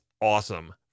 awesome